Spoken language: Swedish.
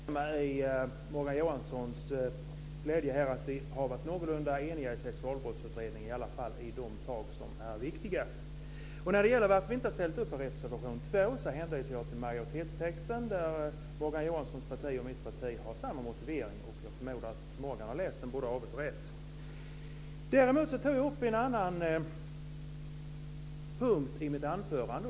Fru talman! Först vill jag instämma i Morgan Johanssons glädje att vi har varit någorlunda eniga i de viktiga frågorna i Sexualbrottsutredningen. När det gäller varför vi inte har ställt upp på reservation 2 hänvisar jag till majoritetstexten, där Morgan Johanssons parti och mitt parti har samma motivering. Jag förmodar att Morgan Johansson här läst den både på avigan och rätan. Däremot tog jag upp en annan punkt i mitt anförande.